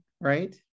right